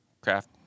craft